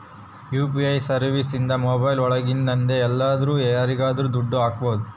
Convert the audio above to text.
UPI services ಇದ್ರ mobile ಒಳಗಿಂದನೆ ಎಲ್ಲಾದ್ರೂ ಯಾರಿಗಾದ್ರೂ ದುಡ್ಡು ಹಕ್ಬೋದು